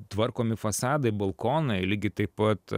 tvarkomi fasadai balkonai lygiai taip pat